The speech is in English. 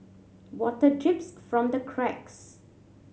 water drips from the cracks